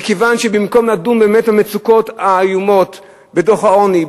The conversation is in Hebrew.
מכיוון שבמקום לדון באמת במצוקות האיומות המוזכרות בדוח העוני,